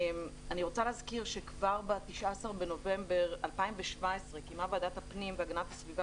אני רוצה להזכיר שכבר ב-19 בנובמבר 2017 קיימה ועדת הפנים והגנת הסביבה